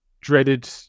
dreaded